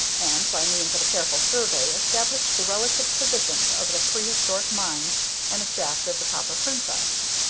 and, by means of a careful survey, established the relative positions of the prehistoric mine and the shaft of the copper princess.